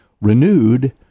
renewed—